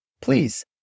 please